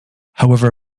however